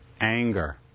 anger